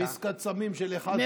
זאת עסקת סמים של, במיליארד שקל.